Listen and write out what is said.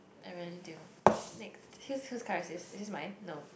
I really do next whose card is this is this mine no